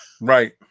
right